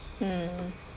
mm